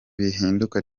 bihinduka